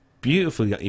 beautiful